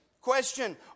Question